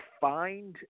find